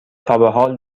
تابحال